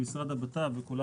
לא חשוב,